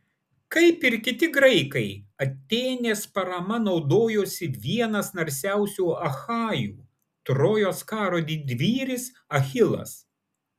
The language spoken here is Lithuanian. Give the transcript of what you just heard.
kaip ir kiti graikai atėnės parama naudojosi vienas narsiausių achajų trojos karo didvyris achilas